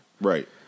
Right